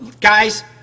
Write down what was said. guys